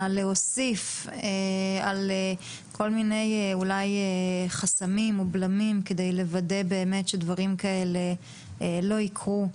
להוסיף על חסמים ובלמים כדי לוודא שדברים כאלה לא יקרו.